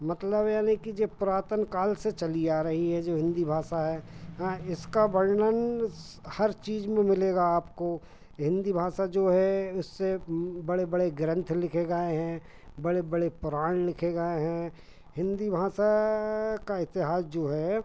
मतलब यानी कि जो पुरातन काल से चली आ रही है जो हिन्दी भाषा है हैं इसका वर्णन हर चीज़ में मिलेगा आपको हिन्दी भाषा जो है इससे बड़े बड़े ग्रंथ लिखे गए हैं बड़े बड़े पुराण लिखे गए हैं हिन्दी भाषा का इतिहास जो है